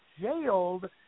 jailed